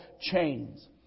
chains